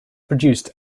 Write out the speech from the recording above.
produced